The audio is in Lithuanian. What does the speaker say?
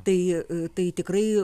tai tai tikrai